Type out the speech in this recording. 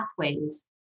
pathways